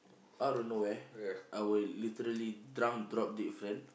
out of nowhere our literally drunk drop dead friend